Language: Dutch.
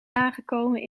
aangekomen